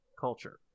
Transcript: culture